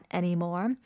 anymore